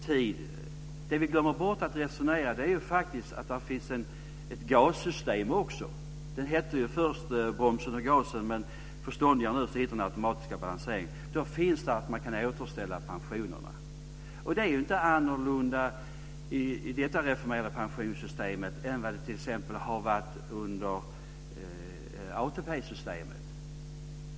Men det vi glömmer bort att resonera om är att det faktiskt finns ett gassystem också. Det hette ju först bromsen och gasen, men förståndigt nog heter det nu den automatiska balanseringen. Där finns med att man kan återställa pensionerna. Det fungerar inte annorlunda i det här reformerade pensionssystemet än vad det har gjort i ATP systemet.